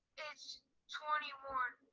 it's twenty one.